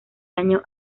año